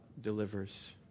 delivers